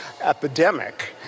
epidemic